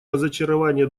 разочарование